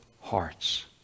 hearts